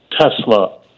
Tesla